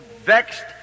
vexed